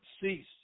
cease